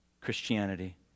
Christianity